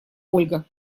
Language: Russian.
ольга